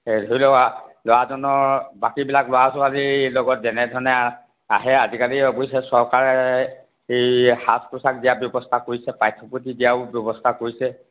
এই ধৰি লোৱা ল'ৰাজনৰ বাকীবিলাক ল'ৰা ছোৱালীৰ লগত যেনেধৰণে আহে আজিকালি অৱশ্যে চৰকাৰে এই সাজ পোছাক দিয়া ব্যৱস্থা কৰিছে পাঠ্যপুথি দিয়াৰ ব্যৱস্থাও কৰিছে